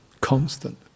constant